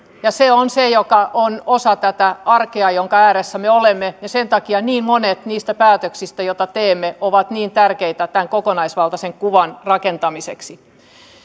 se on se joka on osa tätä arkea jonka ääressä me olemme ja sen takia niin monet niistä päätöksistä joita teemme ovat niin tärkeitä tämän kokonaisvaltaisen kuvan rakentamiseksi